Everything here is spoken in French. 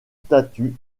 statuts